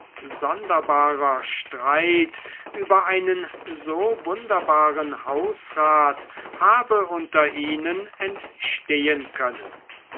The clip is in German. sonderbarer streit über einen so wunderbaren hausrat habe unter ihnen entstehen können